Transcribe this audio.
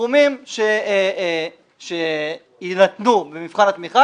הסכומים שיינתנו במבחן התמיכה,